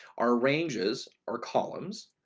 our ranges are columns,